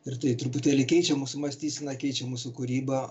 ir tai truputėlį keičia mūsų mąstyseną keičia mūsų kūrybą